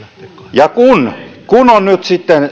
ja kun kun on nyt sitten